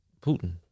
Putin